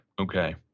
okay